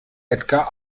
edgar